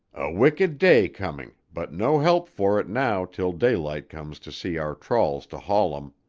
wicked day coming, but no help for it now till daylight comes to see our trawls to haul em.